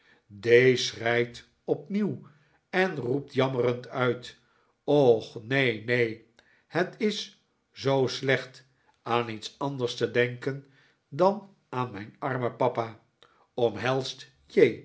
d schreit opnieuw en roept jammerend uit och neen neen het is zoo slecht aan iets anders te denken dan aan mijn armen papa omheist j